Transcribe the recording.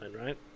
right